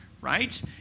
right